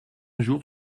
jour